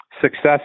success